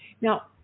Now